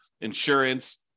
insurance